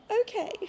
Okay